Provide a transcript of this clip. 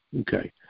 okay